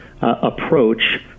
approach